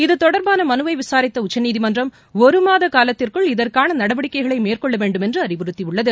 இத்தொடர்பான மலுவை விசாரித்த உச்சநீதிமன்றம் ஒருமாத காலத்திற்குள் இதற்கான நடவடிக்கைகளை மேற்கொள்ள வேண்டும் என்று அறிவுறுத்தியுள்ளது